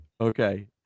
okay